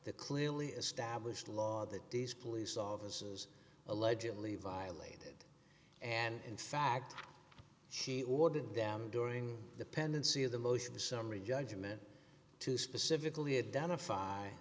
the clearly established law that these police officers allegedly violated and in fact she ordered them during the pendency of the most of the summary judgment to specifically have done a fi